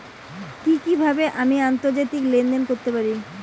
কি কিভাবে আমি আন্তর্জাতিক লেনদেন করতে পারি?